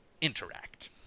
interact